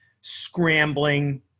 scrambling